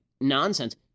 nonsense